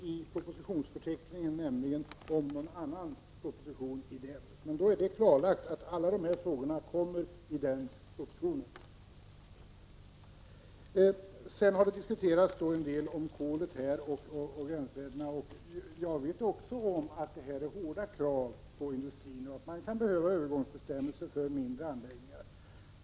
I propositionsförteckningen finns nämligen ingen annan proposition där dessa ämnen behandlas. Alla dessa frågor kommer således i energipropositionen. Det har här diskuterats en del om kolet och gränsvärdena. Jag känner också till att det ställs hårda krav på industrin därvidlag. Det kan behövas övergångsbestämmelser för mindre anläggningar.